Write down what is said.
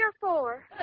four